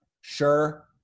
sure